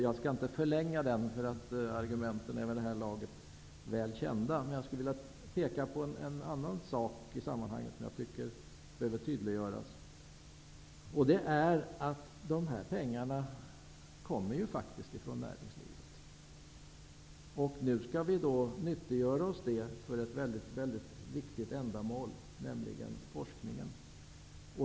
Jag skall inte förlänga den, för argumenten är vid det här laget väl kända, men jag skulle vilja peka på en sak i sammanhanget som jag tycker behöver tydliggöras. Löntagarfondspengarna kommer faktiskt från näringslivet, och nu skall vi nyttiggöra oss dem för ett väldigt viktigt ändamål, nämligen forskningen.